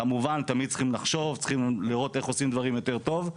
כמובן תמיד צריכים לחשוב לראות איך עושים דברים יותר טוב,